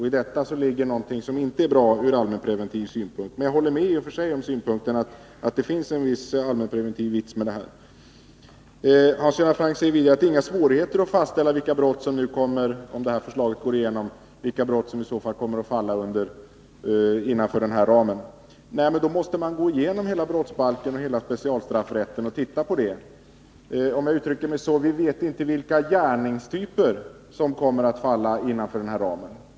I detta ligger någonting som inte är bra ur allmänpreventiv synpunkt. Men jag håller alltså i och för sig med om att det finns en viss allmänpreventiv vits med det här förslaget. Vidare säger Hans Göran Franck att det inte är några svårigheter när det gäller att fastställa vilka brott som, om förslaget går igenom, kommer att falla innanför den här ramen. Men då måste man gå igenom hela brottsbalken och hela specialstraffrätten och se på detta. Vi vet inte — om jag nu skall uttrycka mig så — vilka gärningstyper som kommer att falla innanför denna ram.